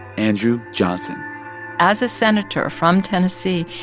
andrew johnson as a senator from tennessee,